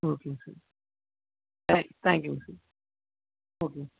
ஓகேங்க சார் தே தேங்க் யூங்க சார் ஓகேங்க